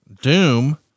Doom